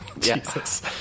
Jesus